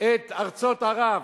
את ארצות ערב